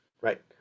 Right